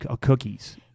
cookies